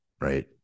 right